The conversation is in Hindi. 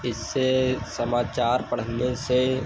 इससे समाचार पढ़ने से